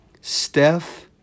Steph